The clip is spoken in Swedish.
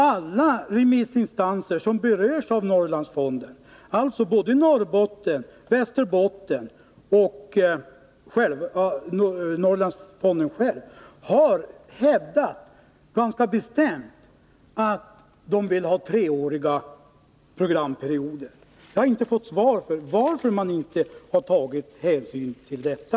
Alla remissinstanser som berörs av Norrlandsfonden, dvs. länsstyrelserna i Norrbottens län och i Västerbottens län samt Norrlandsfonden själv, har hävdat ganska bestämt att de vill ha treåriga programperioder. Jag har inte fått svar på varför man inte tagit hänsyn till detta.